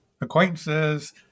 acquaintances